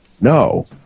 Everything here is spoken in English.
No